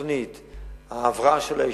תוכנית ההבראה של היישוב,